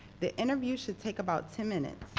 the interview should take about ten minutes.